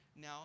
now